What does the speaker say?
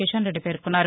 కిషన్ రెడ్డి పేర్కొన్నారు